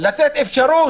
אז לתת לה אפשרות,